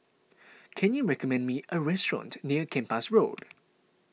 can you recommend me a restaurant near Kempas Road